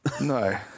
No